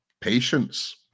patience